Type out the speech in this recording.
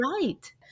Right